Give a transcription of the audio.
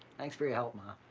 thanks for your help, ma.